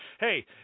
Hey